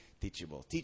teachable